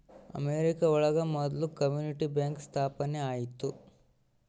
America ಒಳಗ ಮೊದ್ಲು community bank ಸ್ಥಾಪನೆ ಆಯ್ತು